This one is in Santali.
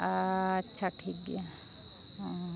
ᱟᱪᱪᱷᱟ ᱴᱷᱤᱠ ᱜᱮᱭᱟ ᱦᱚᱸ